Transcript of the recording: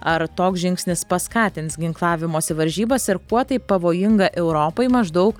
ar toks žingsnis paskatins ginklavimosi varžybas ir kuo tai pavojinga europai maždaug